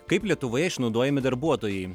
kaip lietuvoje išnaudojami darbuotojai